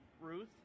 Ruth